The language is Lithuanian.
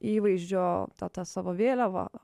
įvaizdžio tą tą savo vėliavą